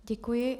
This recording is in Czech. Děkuji.